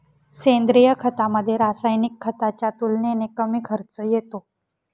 सेंद्रिय खतामध्ये, रासायनिक खताच्या तुलनेने कमी खर्च येतो